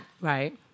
Right